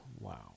wow